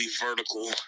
vertical